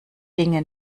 dinge